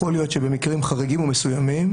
יכול להיות שבמקרים חריגים ומסוימים,